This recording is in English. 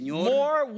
More